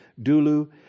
dulu